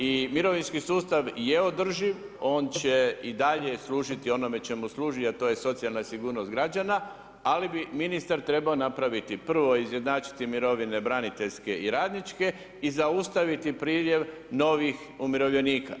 I mirovinski sustav je održiv, on će i dalje služiti onome čemu služi a to je socijalna sigurnost građana ali bi ministar trebao napraviti, prvo izjednačiti mirovine braniteljske i radničke i zaustaviti priljev novih umirovljenika.